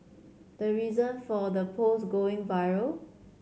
the reason for the post going viral